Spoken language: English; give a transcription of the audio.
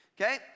Okay